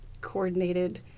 coordinated